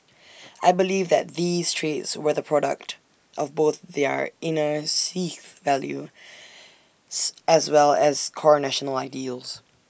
I believe that these traits were the product of both their inner Sikh values as well as core national ideals